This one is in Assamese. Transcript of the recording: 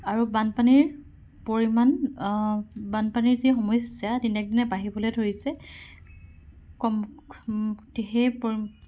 আৰু বানপানীৰ পৰিমাণ বানপানীৰ যি সমস্যা দিনক দিনে বাঢ়িবলে ধৰিছে কম সেই